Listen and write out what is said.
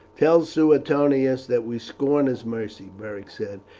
tell suetonius that we scorn his mercy, beric said,